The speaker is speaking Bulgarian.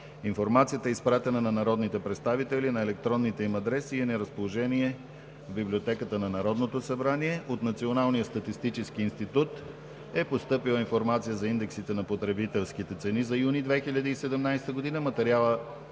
Информацията е изпратена на народните представители на електронните им адреси и е на разположение в Библиотеката на Народното събрание. - От Националния статистически институт е постъпила информация за индексите на потребителските цени за юни 2017 г. Материалът